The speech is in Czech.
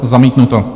Zamítnuto.